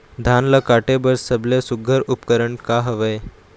धान ला काटे बर सबले सुघ्घर उपकरण का हवए?